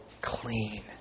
clean